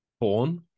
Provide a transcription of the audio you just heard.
porn